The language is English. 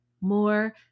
more